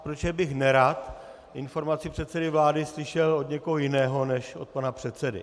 Protože bych nerad informaci předsedy vlády slyšel od někoho jiného než od pana předsedy.